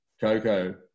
Coco